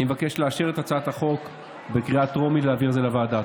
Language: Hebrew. אני מבקש לאשר את הצעת החוק בקריאה הטרומית ולהעביר את זה לוועדה.